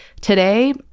today